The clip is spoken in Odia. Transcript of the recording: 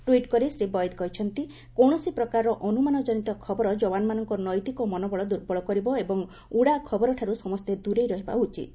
ଟ୍ୱିଟ୍ କରି ଶ୍ରୀ ବୈଦ୍ୟ କହିଛନ୍ତି କୌଣସି ପ୍ରକାରର ଅନୁମାନ ଜନିତ ଖବର ଯବାନ୍ମାନଙ୍କ ନୈତିକ ମନୋବଳ ଦୁର୍ବଳ କରିବ ଏବଂ ଉଡ଼ା ଖବରଠାରୁ ସମସ୍ତେ ଦୂରେଇ ରହିବା ଉଚିତ୍